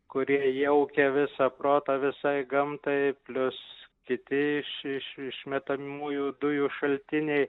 kurie jaukia visą protą visai gamtai plius kiti iš iš išmetamųjų dujų šaltiniai